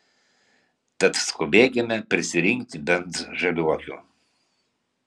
tad skubėkime prisirinkti bent žaliuokių